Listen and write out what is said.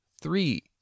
three